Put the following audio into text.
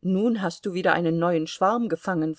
nun hast du wieder einen neuen schwarm gefangen